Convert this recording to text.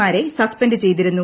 മാരെ സസ്പെൻഡ് ചെയ്തിരുന്നു